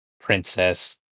princess